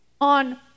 on